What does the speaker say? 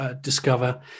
discover